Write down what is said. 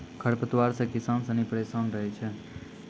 खरपतवार से किसान सनी परेशान रहै छै